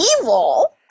evil